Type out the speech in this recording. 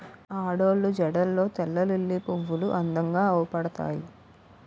ఆడోళ్ళు జడల్లో తెల్లలిల్లి పువ్వులు అందంగా అవుపడతాయి